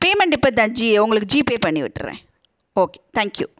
payment இப்போதான் ஜி உங்களுக்கு GPay பண்ணி விட்டுடுறேன் ஓகே தேங்க்யூ